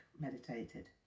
meditated